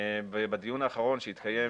בדיון האחרון שהתקיים